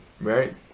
Right